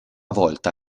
volta